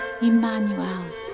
Emmanuel